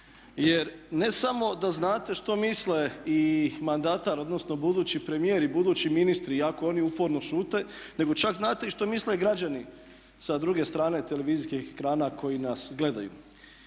Jer ne samo da znate što misle mandatar odnosno budući premijer i budući ministri iako oni uporno šute, nego čak znate i što misle građani sa druge strane televizijskih ekrana koji nas gledaju.